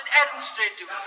administrative